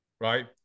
right